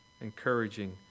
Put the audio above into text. encouraging